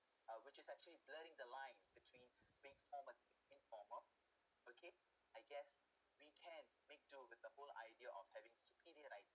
uh which is actually blurring the line between being formal and informal okay I guess we can make do with the whole idea of having superior write